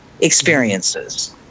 experiences